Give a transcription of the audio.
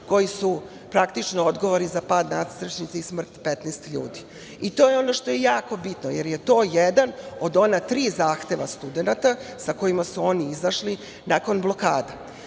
koji su odgovorni za pad nadstrešnice i smrt 15 ljudi. To je ono što je jako bitno, jer je to jedan od ona tri zahteva studenata sa kojima su oni izašli nakon blokada.